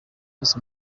miss